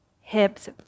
hips